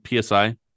psi